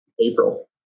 April